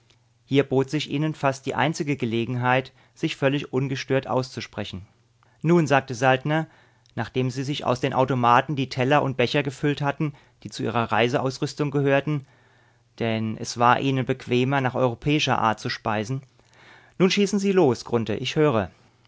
hier bot sich ihnen fast die einzige gelegenheit sich völlig ungestört auszusprechen nun sagte saltner nachdem sie sich aus den automaten die teller und becher gefüllt hatten die zu ihrer reiseausrüstung gehörten denn es war ihnen bequemer nach europäischer art zu speisen nun schießen sie los grunthe ich höre